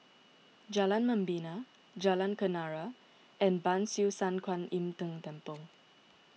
Jalan Membina Jalan Kenarah and Ban Siew San Kuan Im Tng Temple